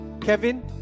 kevin